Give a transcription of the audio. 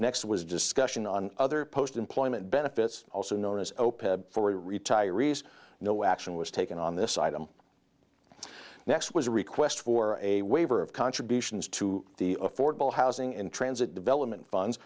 next was discussion on other post employment benefits also known as open for retirees no action was taken on this item next was a request for a waiver of contributions to the affordable housing and transit development funds